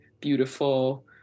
beautiful